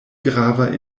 grava